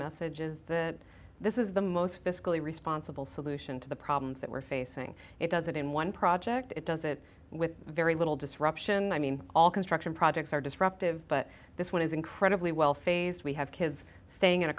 message is that this is the most fiscally responsible solution to the problems that we're facing it does it in one project it does it with very little disruption i mean all construction projects are disruptive but this one is incredibly well phased we have kids staying in a